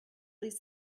least